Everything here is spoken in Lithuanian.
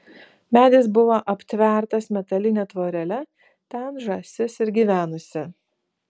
medis buvo aptvertas metaline tvorele ten žąsis ir gyvenusi